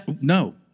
no